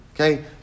Okay